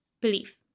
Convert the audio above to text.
belief